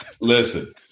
Listen